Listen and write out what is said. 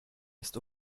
ist